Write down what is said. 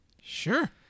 sure